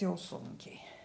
jau sunkiai